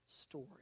story